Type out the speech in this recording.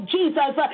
Jesus